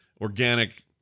organic